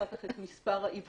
אחר כך את מספר האבחונים,